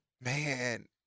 Man